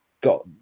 got